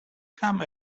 come